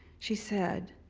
she said,